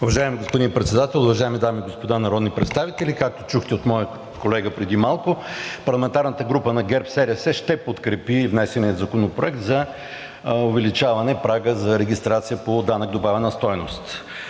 Уважаеми господин Председател, уважаеми дами и господа народни представители! Както чухте от моя колега преди малко, парламентарната група на ГЕРБ-СДС ще подкрепи внесения Законопроект за увеличаване прага за регистрация по данък добавена стойност.